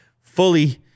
fully